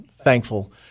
thankful